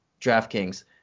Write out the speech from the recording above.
DraftKings